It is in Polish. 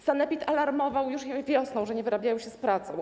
Sanepid alarmował już wiosną, że nie wyrabia się z pracą.